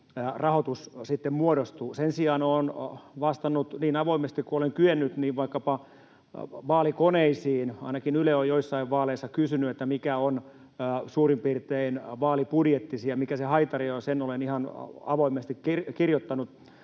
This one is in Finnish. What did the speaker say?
rahoitus sitten muodostuu. Sen sijaan olen vastannut vaikkapa vaalikoneisiin niin avoimesti kuin olen kyennyt. Ainakin Yle on joissain vaaleissa kysynyt, mikä on suurin piirtein vaalibudjettisi ja mikä se haitari on. Sen olen ihan avoimesti kirjoittanut